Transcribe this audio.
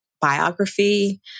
biography